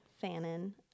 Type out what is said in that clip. Fannin